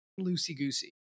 loosey-goosey